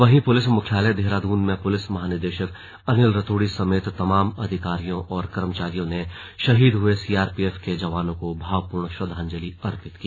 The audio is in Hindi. वहीं पुलिस मुख्यालय देहरादून में पुलिस महानिदेशक अनिल रतूड़ी समेत तमाम अधिकारियों और कर्मचारियों ने शहीद हए सीआरपीएफ के जवानों को भावपूर्ण श्रद्वांजलि अर्पित की